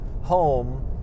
home